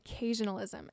occasionalism